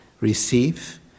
receive